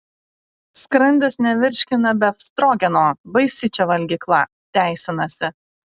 skrandis nevirškina befstrogeno baisi čia valgykla teisinasi